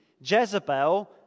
Jezebel